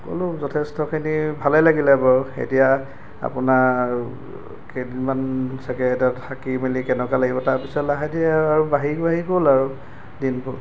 গ'লো যথেষ্টখিনি ভালে লাগিলে বাৰু এতিয়া আপোনাৰ কেইদিনমান চাগে ইয়াতে থাকি মেলি কেনেকুৱা লাগিব তাৰপিছত লাহে ধীৰে আৰু বাঢ়ি বাঢ়ি গ'ল আৰু দিনবোৰ